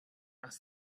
asked